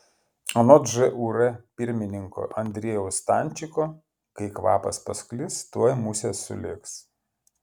anot žūr pirmininko andriejaus stančiko kai kvapas pasklis tuoj musės sulėks